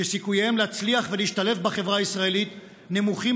שסיכוייהם להצליח ולהשתלב בחברה הישראלית נמוכים